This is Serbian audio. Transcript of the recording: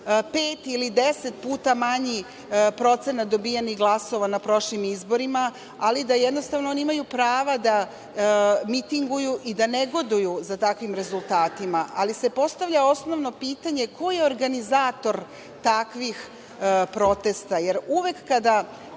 pet ili deset puta manji procenat dobijenih glasova na prošlim izborima, ali da oni jednostavno imaju pravo da mitinguju, da negoduju za takvim rezultatima. Postavlja se osnovno pitanje – ko je organizator takvih protesta? Uvek kada